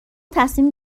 تصمیم